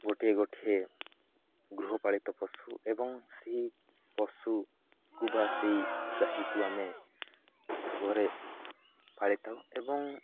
ଗୋଟିଏ ଗୋଟିଏ ଗୃହପାଳିତ ପଶୁ ଏବଂ ସେହି ପଶୁକୁ ବା ସେଇ ଗାଈକୁ ଆମେ ଘରେ ପାଳିଥାଉ ଏବଂ